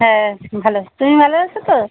হ্যাঁ ভালো তুমি ভালো আছো তো